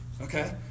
Okay